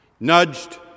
nudged